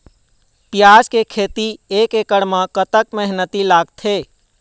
प्याज के खेती एक एकड़ म कतक मेहनती लागथे?